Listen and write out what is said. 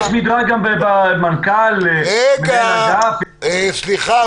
מר קמיר, סליחה.